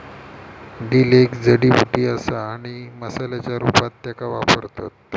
dill एक जडीबुटी असा आणि मसाल्याच्या रूपात त्येका वापरतत